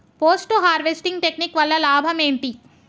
Post harvesting technique వల్ల లాభం ఏంటి?